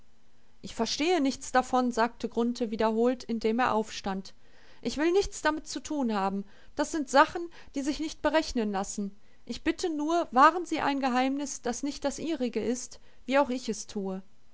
ich verstehe nichts davon sagte grunthe wiederholt indem er aufstand ich will nichts damit zu tun haben das sind sachen die sich nicht berechnen lassen ich bitte nur wahren sie ein geheimnis das nicht das ihrige ist wie auch ich es tue